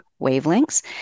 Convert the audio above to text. wavelengths